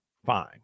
Fine